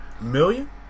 million